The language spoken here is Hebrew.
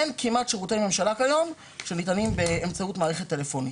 אין כמעט שירותי ממשלה כיום שמתנהלים באמצעות מערכת טלפונית,